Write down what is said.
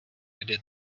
with